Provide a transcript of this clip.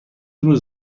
روز